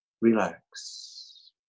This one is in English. Relax